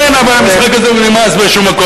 כן, אבל המשחק הזה נמאס באיזה מקום.